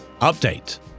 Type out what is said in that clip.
Update